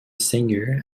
singer